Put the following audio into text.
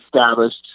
established